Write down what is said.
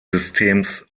systems